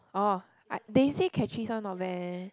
oh I they say Catrice not bad eh